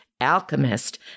alchemist